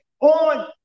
on